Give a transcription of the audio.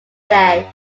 day